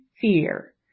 fear